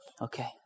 Okay